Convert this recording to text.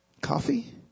coffee